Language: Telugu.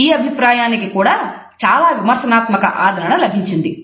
ఈ అభిప్రాయానికి కూడా చాలా విమర్శనాత్మక ఆదరణ లభించింది